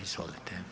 Izvolite.